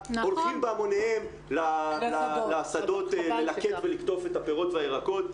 הולכים בהמוניהם לשדות ללקט ולקטוף את הפרות והירקות.